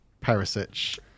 Perisic